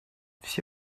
все